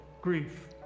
grief